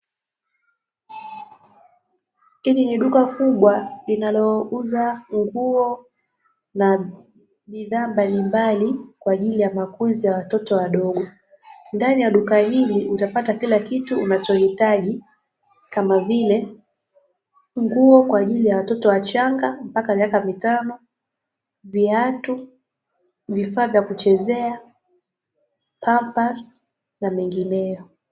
Hili ni duka kubwa linalo uza nguo na bidhaa mbalimbali kwajili ya kukuzi ya watoto wadogo, ndani ya duka hili utapata kila kitu unachohitaji kamavile: nguo za watoto wachanga mpka miaka mitano, viatu, vifaa vya kuchezea, pampasi na mengineyo.